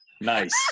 Nice